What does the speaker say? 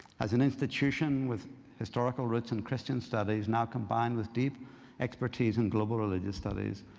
as an institution with historical roots in christian studies now combined with deep expertise in global religious studies,